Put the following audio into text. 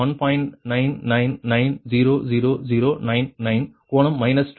99900099 கோணம் மைனஸ் 2